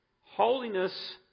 Holiness